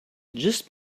just